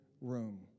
room